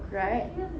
right